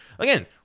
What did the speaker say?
Again